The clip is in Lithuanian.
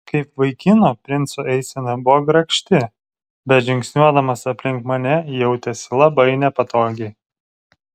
kaip vaikino princo eisena buvo grakšti bet žingsniuodamas aplink mane jautėsi labai nepatogiai